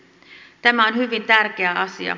tämä on hyvin tärkeä asia